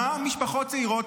משפחות צעירות,